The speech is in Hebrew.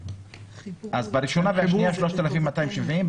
אז בראשונה ובשנייה 3,270 שקל,